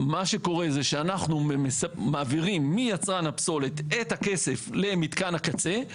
מה שקורה שאנחנו מעבירים מיצרן הפסולת את הכסף למתקן הקצה.